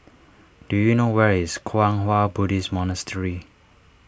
do you know where is Kwang Hua Buddhist Monastery